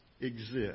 exist